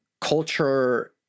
culture